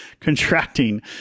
contracting